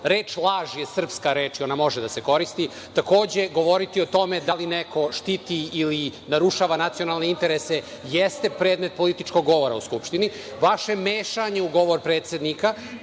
Reč „laž“ je srpska red i ona može da se koristi. Takođe, govoriti o tome da li neko štiti ili narušava nacionalne interese jeste predmet političkog govora u Skupštini. Vaše mešanje u govor predsednika